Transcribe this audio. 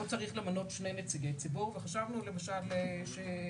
פה צריך למנות שני נציגי ציבור וחשבנו למשל שקצין